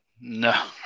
No